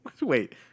Wait